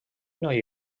noi